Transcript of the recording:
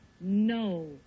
No